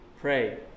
pray